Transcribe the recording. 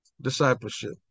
discipleship